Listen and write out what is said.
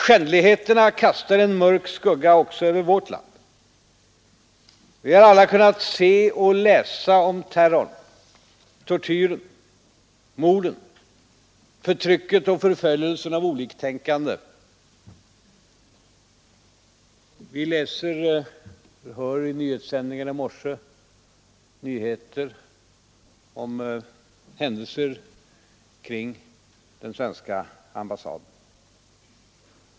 Skändligheterna kastar en mörk skugga också över vårt land. Vi har alla kunnat se och läsa om terrorn, tortyren, morden, förtrycket och förföljelsen av oliktänkande. Vi läste i tidningarna och hörde i nyhetssändningarna i morse om händelser kring den svenska ambassaden.